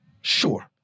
Sure